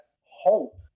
hope